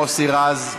מוסי רז,